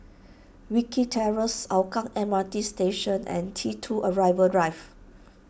Wilkie Terrace Hougang M R T Station and T two Arrival Drive